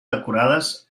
decorades